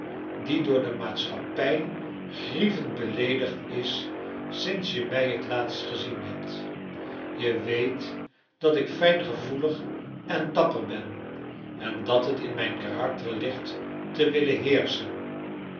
die door de maatschappij grievend beleedigd is sinds je mij j t laatst gezien hebt je weet dat ik fijngevoelig en dapper ben en dat het in mijn karakter ligt te willen heerschen